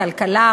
הכלכלה,